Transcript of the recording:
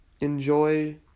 enjoy